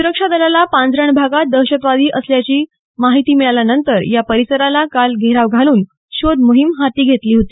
सुरक्षा दलांनी पांजरण भागात दहशतवादी असल्याची माहिती मिळाल्यानंतर या परिसराला काल घेराव घालून शोध मोहीम हाती घेतली होती